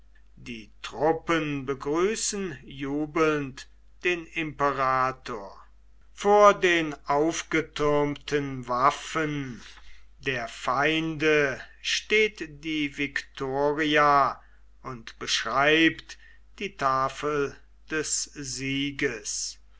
die truppen begrüßen jubelnd den imperator vor den aufgetürmten waffen der feinde steht die victoria und beschreibt die tafel des sieges